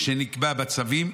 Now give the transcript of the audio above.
שנקבע בצווים,